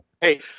Hey